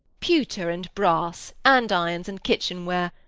pewter and brass, andirons and kitchen-ware,